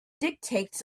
dictates